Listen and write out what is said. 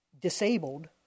disabled